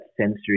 sensory